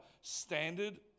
standard